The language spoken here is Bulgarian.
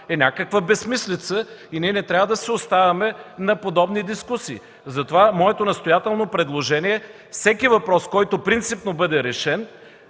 е някаква безсмислица и ние не трябва да се оставяме на подобни дискусии. Моето настоятелно предложение е всеки въпрос, който принципно бъде решен,